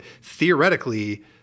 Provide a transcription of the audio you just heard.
theoretically